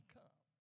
come